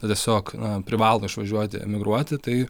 tiesiog privalo išvažiuoti emigruoti tai